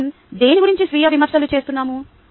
ఇప్పుడు మనం దేని గురించి స్వీయ విమర్శలు చేస్తున్నాము